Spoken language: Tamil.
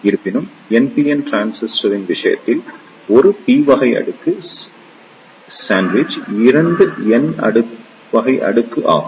இருப்பினும் NPN டிரான்சிஸ்டரின் விஷயத்தில் ஒரு p வகை அடுக்கு சாண்ட்விச் இரண்டு n வகை அடுக்கு ஆகும்